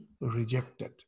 rejected